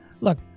look